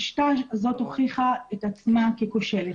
השיטה הזאת הוכיחה את עצמה ככושלת.